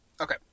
Okay